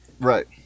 Right